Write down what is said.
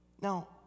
Now